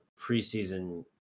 preseason